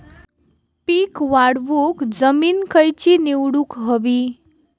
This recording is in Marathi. पीक वाढवूक जमीन खैची निवडुक हवी?